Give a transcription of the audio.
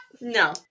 No